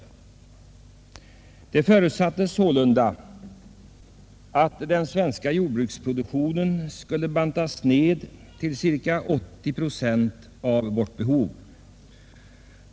Det förutsattes sålunda att den svenska jordbruksproduktionen skulle bantas ner till cirka 80 procent av vårt behov.